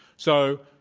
so,